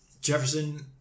Jefferson